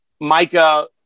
Micah